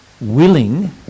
willing